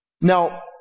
Now